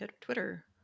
Twitter